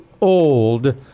old